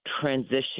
transition